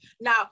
Now